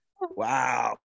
Wow